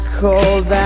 Cold